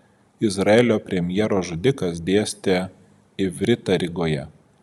izraelio premjero žudikas dėstė ivritą rygoje